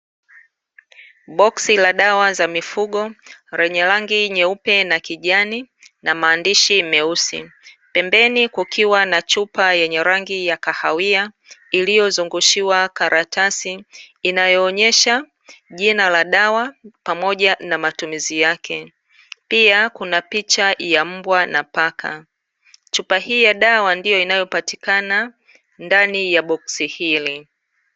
Boksi la dawa za mifugo, lenye rangi nyeupe na kijani, na maandishi meusi. Pembeni kukiwa na chupa yenye rangi ya kahawia, iliyozungushiwa karatasi inayoonyesha jina la dawa, pamoja na matumizi yake. Pia kuna picha ya mbwa na paka. Chupa hii ya dawa ndio inayopatikana ndani ya boksi hili.